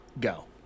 Go